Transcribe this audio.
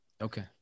Okay